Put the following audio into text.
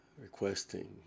requesting